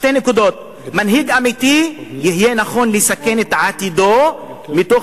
שתי נקודות: מנהיג אמיתי יהיה נכון לסכן את עתידו מתוך